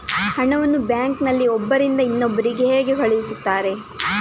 ಹಣವನ್ನು ಬ್ಯಾಂಕ್ ನಲ್ಲಿ ಒಬ್ಬರಿಂದ ಇನ್ನೊಬ್ಬರಿಗೆ ಹೇಗೆ ಕಳುಹಿಸುತ್ತಾರೆ?